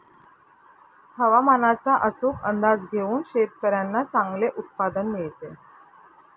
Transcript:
हवामानाचा अचूक अंदाज घेऊन शेतकाऱ्यांना चांगले उत्पादन मिळते